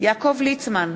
יעקב ליצמן,